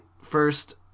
first